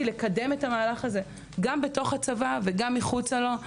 מאוד לקדם את המהלך הזה בתוך הצבא וגם מחוצה לו.